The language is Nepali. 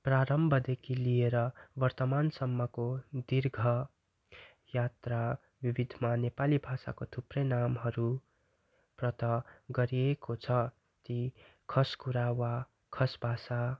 प्रारम्भदेखि लिएर वर्तमानसम्मको दीर्घ यात्रा विविधमा नेपाली भाषाको थुप्रै नामहरू प्राप्त गरिएको छ ती खसकुरा वा खस भाषा